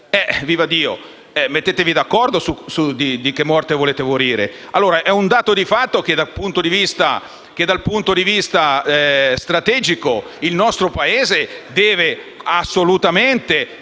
Ministeri: mettetevi d'accordo su di che morte volete morire. È un dato di fatto che, dal punto di vista strategico, il nostro Paese deve assolutamente